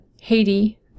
Haiti